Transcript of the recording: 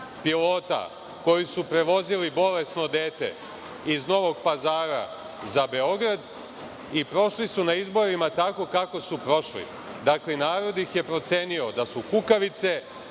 koji su prevozili bolesno dete iz Novog Pazara za Beograd i prošli su na izborima, tako kako su prošli. Dakle, i narod ih je procenio da su kukavice,